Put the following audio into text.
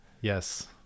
Yes